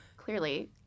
Clearly